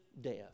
death